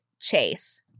Chase